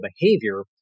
behavior